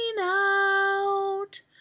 out